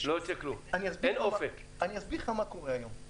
אני אסביר לך מה קורה היום.